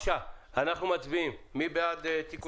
אנחנו מצביעים על סעיף 2. מי בעד?